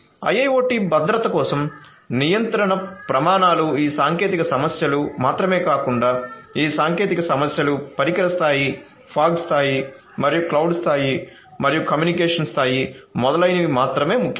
IIoT భద్రత కోసం నియంత్రణ ప్రమాణాలు ఈ సాంకేతిక సమస్యలు మాత్రమే కాకుండా ఈ సాంకేతిక సమస్యలు పరికర స్థాయి ఫాగ్ స్థాయి మరియు క్లౌడ్ స్థాయి మరియు కమ్యూనికేషన్ స్థాయి మొదలైనవి మాత్రమే ముఖ్యమైనవి